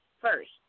first